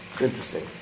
Interesting